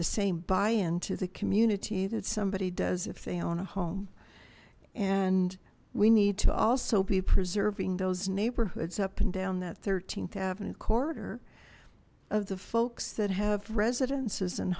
the same buy into the community that somebody does if they own a home and we need to also be preserving those neighborhoods up and down that th avenue corridor of the folks that have residences